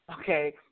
okay